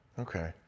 Okay